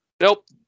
nope